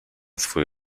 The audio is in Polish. swój